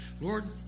Lord